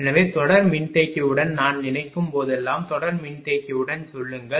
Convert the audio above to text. எனவே தொடர் மின்தேக்கியுடன் நான் நினைக்கும் போதெல்லாம் தொடர் மின்தேக்கியுடன் சொல்லுங்கள்